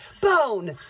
bone